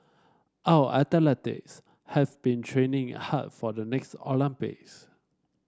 our athletes have been training hard for the next Olympics